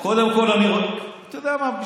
קודם כול, אני רוצה, אתה יודע מה?